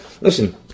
listen